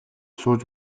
сууж